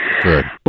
Good